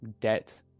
debt